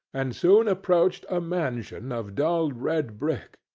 and soon approached a mansion of dull red brick,